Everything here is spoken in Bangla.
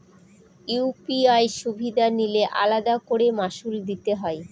ইউ.পি.আই সুবিধা নিলে আলাদা করে মাসুল দিতে হয়?